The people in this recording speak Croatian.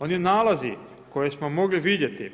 Oni nalazi koje smo mogli vidjeti